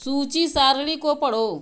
सूची सारणी को पढ़ो